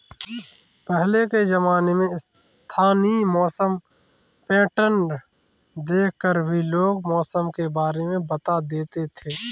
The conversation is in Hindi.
पहले के ज़माने में स्थानीय मौसम पैटर्न देख कर भी लोग मौसम के बारे में बता देते थे